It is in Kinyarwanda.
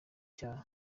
cyaha